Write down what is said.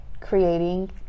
creating